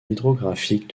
hydrographique